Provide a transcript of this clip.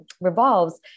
revolves